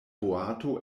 boato